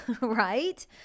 right